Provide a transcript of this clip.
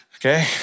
Okay